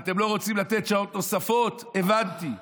אתם לא רוצים לתת שעות נוספות, הבנתי.